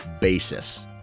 basis